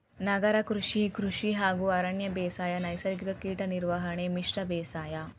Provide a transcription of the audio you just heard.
ನಗರ ಕೃಷಿ, ಕೃಷಿ ಹಾಗೂ ಅರಣ್ಯ ಬೇಸಾಯ, ನೈಸರ್ಗಿಕ ಕೇಟ ನಿರ್ವಹಣೆ, ಮಿಶ್ರ ಬೇಸಾಯ